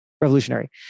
Revolutionary